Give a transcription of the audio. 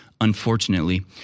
Unfortunately